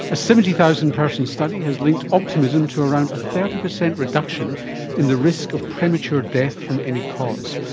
a seventy thousand person study has linked optimism to around a thirty percent reduction in the risk of premature death from any cause.